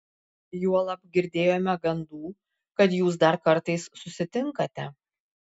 juolab girdėjome gandų kad jūs dar kartais susitinkate